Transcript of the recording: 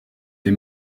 the